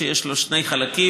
ויש לו שני חלקים,